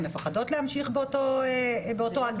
הן מפחדות להמשיך באותו אגף,